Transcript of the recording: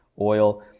oil